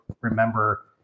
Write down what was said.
remember